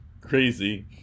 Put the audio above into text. crazy